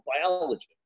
biologist